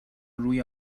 روی